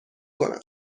کنم